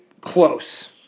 close